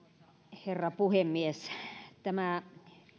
herra puhemies tämä